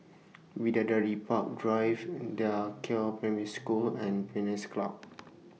Bidadari Park Drive DA Qiao Primary School and Pines Club